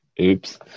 oops